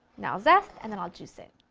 now i'll zest and then i'll juice it.